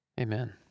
Amen